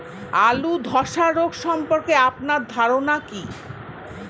আলু ধ্বসা রোগ সম্পর্কে আপনার ধারনা কী?